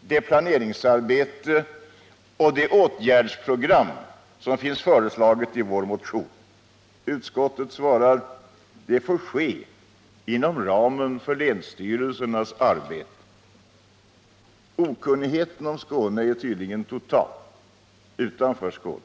det planeringsarbete och det åtgärdsprogram som förordats i vår motion. Utskottet svarar att det får ske inom ramen för länsstyrelsernas arbete. Okunnigheten om Skåne är tydligen total utanför Skåne.